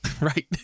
Right